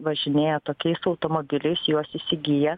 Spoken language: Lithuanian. važinėja tokiais automobiliais juos įsigyja